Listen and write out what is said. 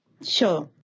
Sure